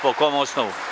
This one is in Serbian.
Po kom osnovu?